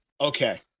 okay